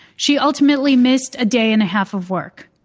she ultimately missed a day and a half of work.